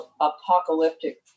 apocalyptic